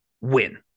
win